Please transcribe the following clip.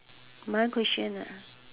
my question ah